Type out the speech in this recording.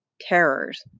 terrors